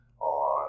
on